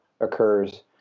occurs